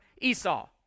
Esau